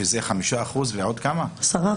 שזה 5% ועוד כמה --- 10%,